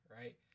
right